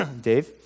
Dave